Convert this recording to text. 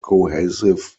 cohesive